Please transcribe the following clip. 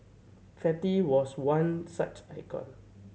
fatty was one such icon